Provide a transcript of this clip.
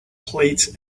plates